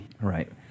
Right